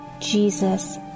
Jesus